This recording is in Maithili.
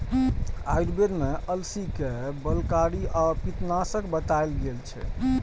आयुर्वेद मे अलसी कें बलकारी आ पित्तनाशक बताएल गेल छै